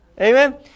Amen